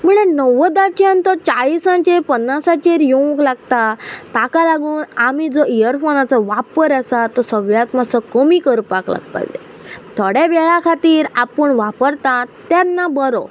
म्हणल्या णव्वदाचे चाळीसांचेर पन्नासाचेर येवंक लागता ताका लागून आमी जो इयरफोनाचो वापर आसा तो सगळ्यांत मातसो कमी करपाक लागपा जाय थोड्या वेळा खातीर आपूण वापरता तेन्ना बरो